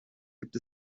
gibt